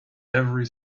every